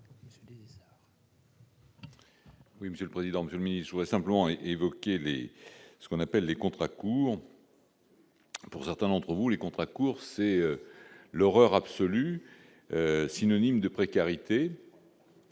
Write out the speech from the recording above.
Monsieur le Président, que je me sois simplement évoqué mais ce qu'on appelle les contrats courts. Pour certains d'entre vous, les contrats courts, c'est l'horreur absolue, synonyme de précarité,